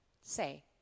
Say